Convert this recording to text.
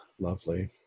Lovely